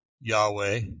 Yahweh